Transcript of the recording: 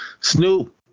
Snoop